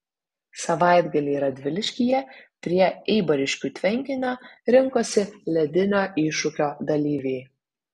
savaitgalį radviliškyje prie eibariškių tvenkinio rinkosi ledinio iššūkio dalyviai